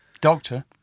Doctor